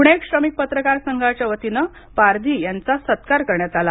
पूणे श्रमिक पत्रकार संघाच्या वतीनं पारधी यांचा सत्कार करण्यात आला